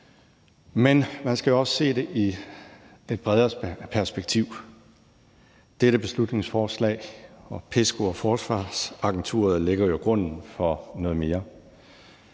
Men man skal også se det i et bredere perspektiv. Dette beslutningsforslag om PESCO og Forsvarsagenturet lægger jo grunden for noget mere,